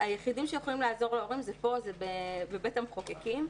היחידים שיכולים לעזור להורים הם חברי בית המחוקקים.